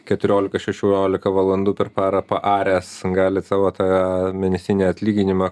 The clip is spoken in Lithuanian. keturiolika šešiolika valandų per parą paaręs gali savo tą mėnesinį atlyginimą